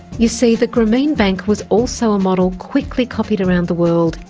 you see, the grameen bank was also a model quickly copied around the world,